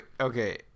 okay